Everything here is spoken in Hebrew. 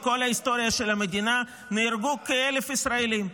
בכל ההיסטוריה של המדינה נהרגו כ-1,000 ישראלים,